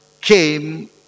came